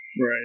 Right